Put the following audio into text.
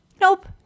nope